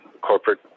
corporate